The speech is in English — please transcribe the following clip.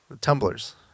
Tumblers